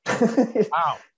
wow